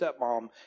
stepmom